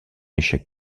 échec